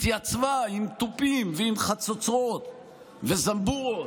התייצבה עם תופים ועם חצוצרות וזמבורות,